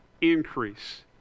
increase